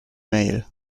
mail